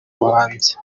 buhanzi